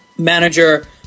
manager